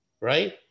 right